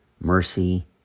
mercy